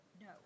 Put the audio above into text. no